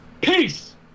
Peace